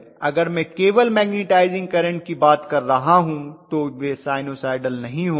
अगर मैं केवल मैग्नेटाइजिंग करंट की बात कर रहा हूँ तो वे साइनसॉइडल नहीं होंगे